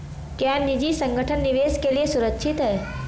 क्या निजी संगठन निवेश के लिए सुरक्षित हैं?